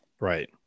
Right